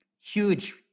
huge